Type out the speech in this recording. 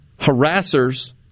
harassers